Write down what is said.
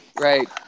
right